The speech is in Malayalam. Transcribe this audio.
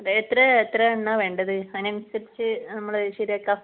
അത് എത്രയാണ് എത്ര എണ്ണമാണ് വേണ്ടത് അതിനനനുസരിച്ച് നമ്മൾ ശരിയാക്കാം